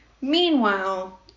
Meanwhile